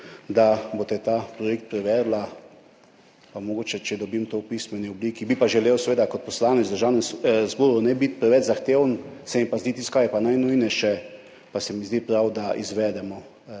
da boste ta projekt preverili, pa mogoče če dobim to v pismeni obliki. Bi želel kot poslanec v Državnem zboru ne biti preveč zahteven, tisto, kar je najnujnejše, pa se mi zdi prav, da izvedemo